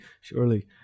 surely